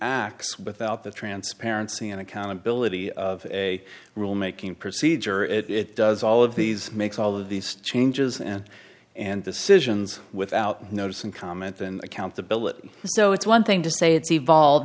acts without the transparency and accountability of a rule making procedure if it does all of these makes all of these changes and and decisions without notice and comment and accountability so it's one thing to say it's evolved